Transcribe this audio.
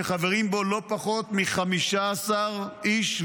שחברים בו לא פחות מ-15 איש,